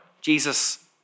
Jesus